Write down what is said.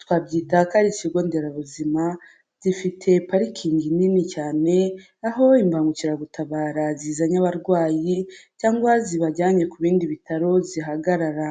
twabyita ko ari ikigo nderabuzima zifite parikingi nini cyane aho imbagukiragutabara zizanye abarwayi cyangwa zibajyanye ku bindi bitaro zihagarara.